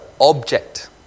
object